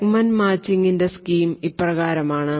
segment matching ൻറെ scheme ഇപ്രകാരമാണ്